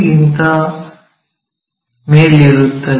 ಗಿಂತ ಮೇಲಿರುತ್ತದೆ